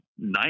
nice